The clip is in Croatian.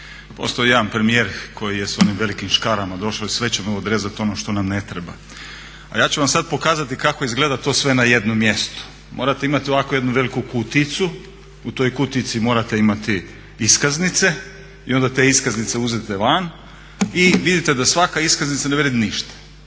Postoji jedan premijer koji je s onim velikim škarama došao i sve ćemo odrezati ono što nam ne treba, a ja ću vam pokazati kako izgleda to sve na jednom mjestu. Morate imati ovakvu jednu veliku kutijicu u toj kutijici morate imati iskaznice i onda te iskaznice uzmete van i vidite da svaka iskaznica ne vrijedi ništa.